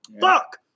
Fuck